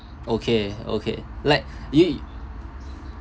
okay okay let you